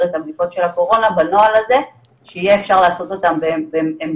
את הבדיקות של הקורונה בנוהל הזה שיהיה אפשר לעשות אותם בעמדות